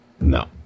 No